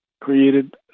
created